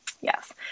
Yes